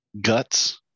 Guts